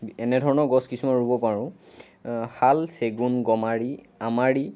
এনেধৰণৰ গছ কিছুমান ৰুব পাৰোঁ শাল চেগুন গমাৰি আমাৰি